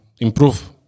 improve